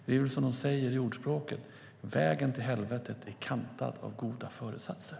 Det är väl som de säger i ordspråket: Vägen till helvetet är kantad av goda föresatser.